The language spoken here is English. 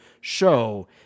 show